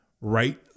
right